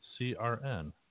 CRN